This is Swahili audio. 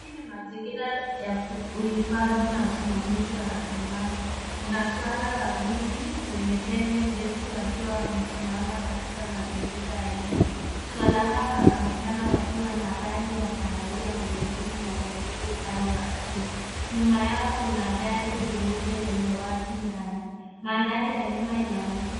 Hii ni mazingira ya uhifadhi na usimamizi wa rasilimali. Kuna swara wawili, wenye pembe ndevu wakiwa wamesimama katika mazingira ya nyika. Swara hawa wanaonekana wakiwa na rangi ya kahawia mgongoni na nyeupe upande wa chini. Nyuma yao kuna gari jeupe lenye watu ndani. Mandhari ya nyuma